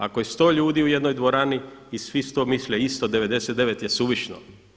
Ako je 100 ljudi u jednoj dvorani i svih 100 misle isto, 99 je suvišno.